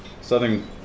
Southern